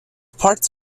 ports